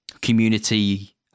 community